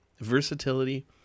versatility